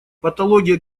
патология